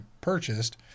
purchased